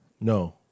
No